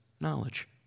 knowledge